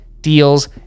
deals